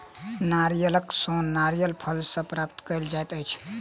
नारियलक सोन नारियलक फल सॅ प्राप्त कयल जाइत अछि